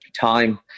time